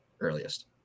earliest